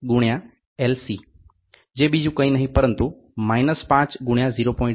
જે બીજું કંઈ નહીં પરંતુ 5 ગુણ્યા 0